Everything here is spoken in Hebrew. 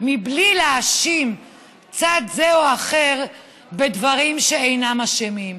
בלי להאשים צד זה או אחר בדברים שהם אינם אשמים בהם.